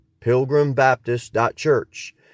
pilgrimbaptist.church